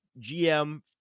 GM